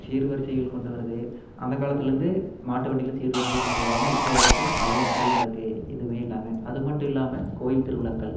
சீர் வரிசைகள் கொண்டு வரது அந்த காலத்துலேந்து மாட்டு வண்டியில் சீர் வரிசைகள் கொண்டு வருவாங்க இப்போ வரைக்கும் அதுவும் அப்படியே நடக்கு எதுவுமே இல்லாமல் அது மட்டும் இல்லாமல் கோயில் திருவிழாக்கள்